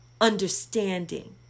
understanding